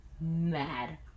mad